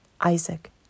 Isaac